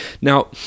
Now